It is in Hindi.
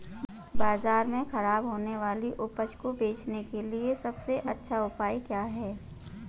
बाजार में खराब होने वाली उपज को बेचने के लिए सबसे अच्छा उपाय क्या है?